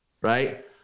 Right